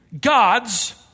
God's